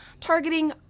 targeting